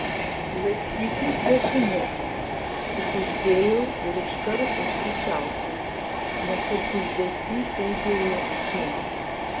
laikykis dešinės sukuždėjau ir iškart užsičiaupiau nes ir kuždesys aidėjo aplink